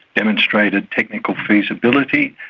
demonstrated technical feasibility.